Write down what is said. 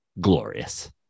glorious